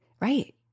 Right